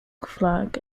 flag